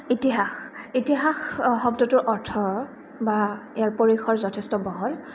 ইতিহাস ইতিহাস শব্দটোৰ অৰ্থ বা ইয়াৰ পৰিসৰ যথেষ্ট বহল